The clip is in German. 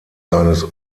seines